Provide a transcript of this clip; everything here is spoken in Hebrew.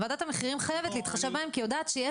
וועדת המחירים חייבת להתחשב בהם כי היא יודעת שש